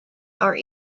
are